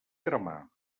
cremar